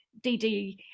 DD